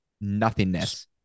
nothingness